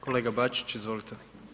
Kolega Bačić, izvolite.